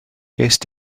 gest